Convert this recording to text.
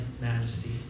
majesty